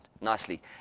nicely